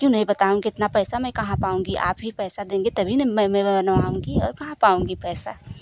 क्यों नही बताऊँगी इतना पैसा कहाँ पाऊँगी आप ही पैसा देंगें तभी न मैं मैं बनवाऊँगी और कहाँ पाऊँगी पैसा